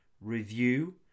review